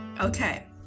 okay